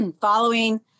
following